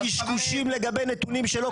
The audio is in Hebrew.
מביא פה קשקושים לגבי נתונים שלא קיימים.